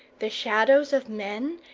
the shadows of men,